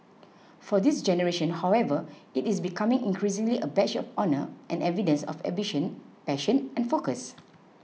for this generation however it is becoming increasingly a badge of honour and evidence of ambition passion and focus